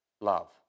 love